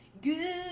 good